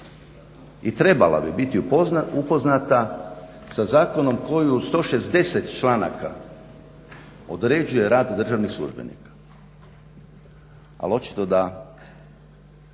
i trebala bi biti upoznata sa zakonom koji u 160 članaka određuje rad državnih službenika, ali očito da